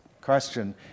question